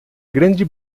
grande